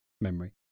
memory